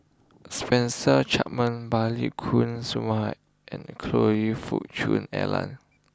Spencer Chapman Balli Kaur Jaswal and Choe Fook Cheong Alan